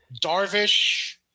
Darvish